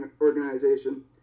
organization